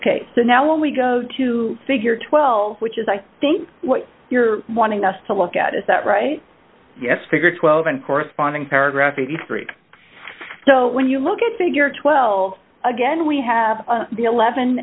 ok so now when we go to figure twelve which is i think what you're wanting us to look at is that right yes figure twelve and corresponding paragraph eighty three so when you look at figure twelve again we have the eleven